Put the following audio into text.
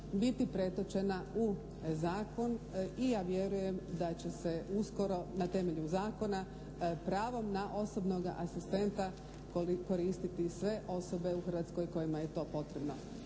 biti pretočena u zakon i ja vjerujem da će se uskoro na temelju zakona pravom na osobnog asistenta koristiti sve osobe u Hrvatskoj kojima je to potrebno.